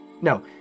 no